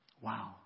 Wow